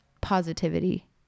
positivity